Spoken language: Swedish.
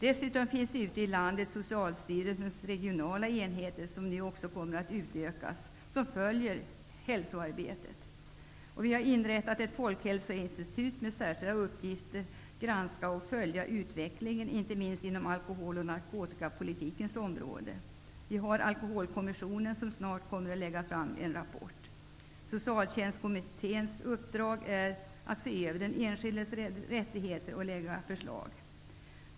Dessutom finns ute i landet Socialstyrelsens regionala enheter, som följer hälsoarbetet och nu också kommer att utökas. Vi har inrättat ett Folkhälsoinstitut med särskilda uppgifter att granska och följa utvecklingen inte minst inom alkohol och narkotikapolitikens område. Alkoholkommissionen kommer också snart att lägga fram en rapport. Socialtjänstkommitténs uppdrag är att se över den enskildes rättigheter och lägga fram förslag.